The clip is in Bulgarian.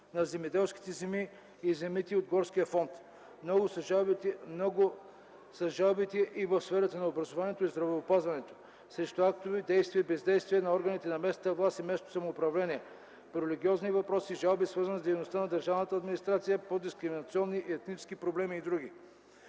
на земеделските земи и земите от горския фонд. Много са жалбите и в сферата на образованието и здравеопазването; срещу актове, действия и бездействия на органите на местната власт и местното самоуправление; по религиозни въпроси; жалби, свързани с дейността на държавната администрация; по дискриминационни и етнически проблеми и др.